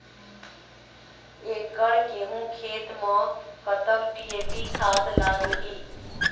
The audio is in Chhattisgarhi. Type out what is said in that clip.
एकड़ गेहूं खेत म कतक डी.ए.पी खाद लाग ही?